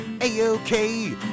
A-OK